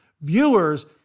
Viewers